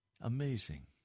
Amazing